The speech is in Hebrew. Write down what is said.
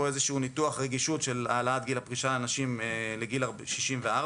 ניתוח רגישות של העלאת גיל הפרישה לנשים לגיל 64,